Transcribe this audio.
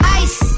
ice